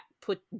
put